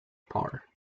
par